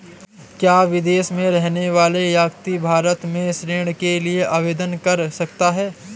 क्या विदेश में रहने वाला व्यक्ति भारत में ऋण के लिए आवेदन कर सकता है?